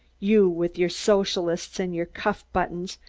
you, with your socialists and your cuff-buttons,